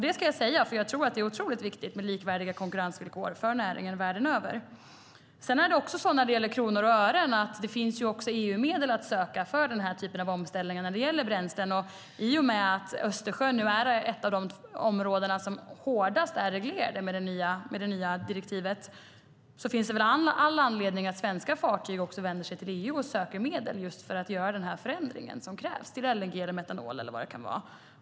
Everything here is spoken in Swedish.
Det ska jag säga, för jag tror att det är otroligt viktigt med likvärdiga konkurrensvillkor för näringen världen över. När det gäller kronor och ören finns det också EU-medel att söka för den här typen av omställningar när det gäller bränslen. Och i och med att Östersjön nu är ett av de områden som är hårdast reglerade med det nya direktivet finns det väl all anledning att svenska fartyg också vänder sig till EU och söker medel just för att göra den förändring som krävs, till LNG eller metanol eller vad det kan vara.